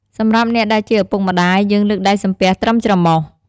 សម្រាប់អ្នកដែលជាឪពុកម្តាយ យើងលើកដៃសំពះត្រឹមច្រមុះ។